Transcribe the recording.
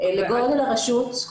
לגודל הרשות,